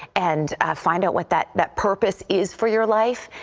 and find out what that that purpose is for your life.